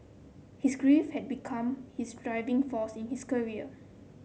his grief had become his driving force in his career